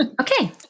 Okay